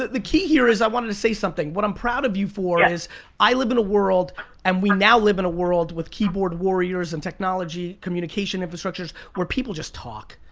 the key here is i wanted to say something. what i'm proud of you for is i live in a world and we now live in a world with keyboard warriors and technology communication infrastructures where people just talk.